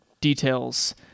details